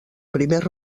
primer